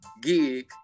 gig